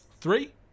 three